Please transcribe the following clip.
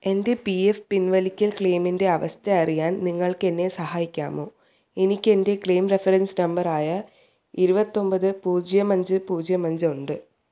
എൻ്റെ P F പിൻവലിക്കൽ ക്ലെയിമിൻ്റെ അവസ്ഥ അറിയാൻ നിങ്ങൾക്കെന്നെ സഹായിക്കാമോ എനിക്ക് എൻ്റെ ക്ലെയിം റഫറൻസ് നമ്പറായ ഇരുപത്തൊൻപത് പൂജ്യം അഞ്ച് പൂജ്യം അഞ്ചുണ്ട്